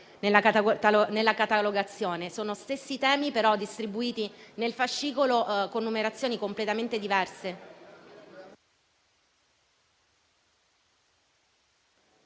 nella catalogazione; sono gli stessi temi, però distribuiti nel fascicolo con numerazioni completamente diverse.